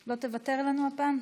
לא תוותר לנו הפעם?